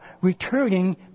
returning